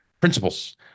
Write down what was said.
principles